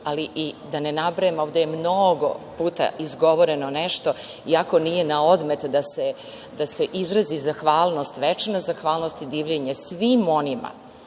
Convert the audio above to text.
ali i da ne nabrajam ovde je mnogo puta izgovoreno nešto i ako nije na odmet da se izrazi zahvalnost, večna zahvalnost i divljenje svim onima,